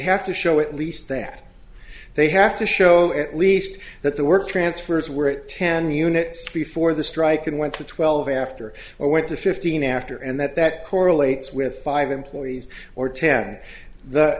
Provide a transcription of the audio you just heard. have to show at least that they have to show at least that the work transfers were it ten units before the strike and went to twelve after or went to fifteen after and that that correlates with five employees or ten the